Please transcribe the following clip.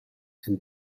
and